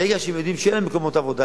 ברגע שהם יודעים שאין להם מקומות עבודה,